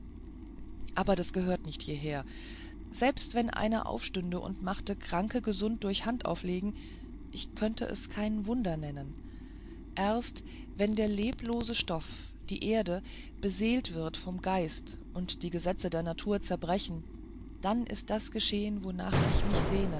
aber das gehört nicht hierher selbst wenn einer aufstünde und machte kranke gesund durch handauflegen ich könnte es kein wunder nennen erst wenn der leblose stoff die erde beseelt wird vom geist und die gesetze der natur zerbrechen dann ist das geschehen wonach ich mich sehne